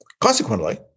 Consequently